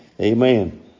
Amen